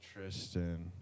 Tristan